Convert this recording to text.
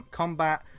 combat